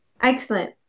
Excellent